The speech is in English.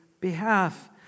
behalf